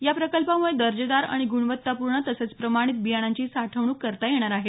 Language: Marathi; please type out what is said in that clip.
या प्रकल्पामुळे दर्जेदार आणि गुणवत्तापूर्ण तसंच प्रमाणित बियाण्यांची साठवणूक करता येणार आहे